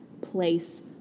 place